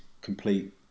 complete